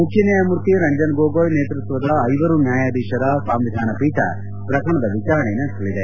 ಮುಖ್ಯನ್ಯಾಯಮೂರ್ತಿ ರಂಜನ್ ಗೊಗೋಯ್ ನೇತೃತ್ವದ ಐವರು ನ್ಯಾಯಾಧೀಶರ ಸಂವಿಧಾನ ಪೀಠ ಪ್ರಕರಣದ ವಿಚಾರಣೆ ನಡೆಸಲಿದೆ